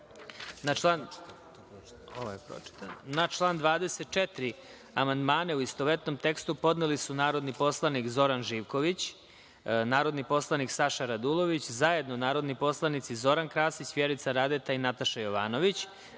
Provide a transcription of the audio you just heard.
član 10. amandmane, u istovetnom tekstu, podneli su narodni poslanik Zoran Živković, narodni poslanik Saša Radulović, zajedno narodni poslanici Zoran Krasić, Vjerica Radeta i Jovo